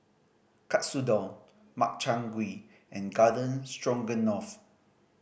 Katsudon Makchang Gui and Garden Stroganoff